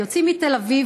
שיוצאים מתל אביב,